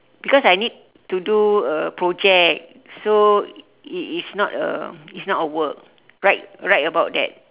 because I need to do a project so it is not a it's not a work write write about that